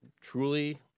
truly